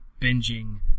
binging